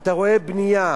אתה רואה בנייה